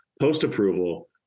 post-approval